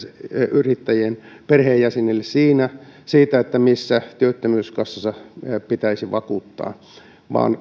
yrittäjien perheenjäsenille siitä missä työttömyyskassassa pitäisi vakuuttaa vaan